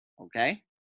Okay